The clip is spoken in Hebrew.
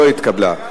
נתקבלה.